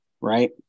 right